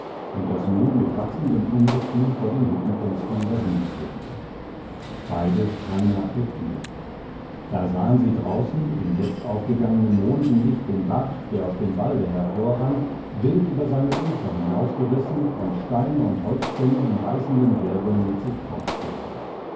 und das nun mit wachsendem ungestüm vor den hüttenfenstern dahinströmte beide sprangen nach der tür da sahen sie draußen im jetzt aufgegangnen mondenlicht den bach der aus dem walde hervorrann wild über seine ufer hinausgerissen und steine und holzstämme in reißenden wirbeln mit sich